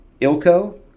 ILCO